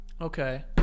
Okay